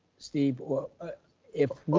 steve, or ah if